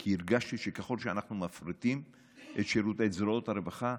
כי הרגשתי שככל שאנחנו מפריטים את זרועות הרווחה,